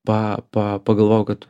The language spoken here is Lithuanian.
pa pa pagalvojau kad